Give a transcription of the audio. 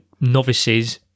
novices